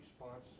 response